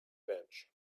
bench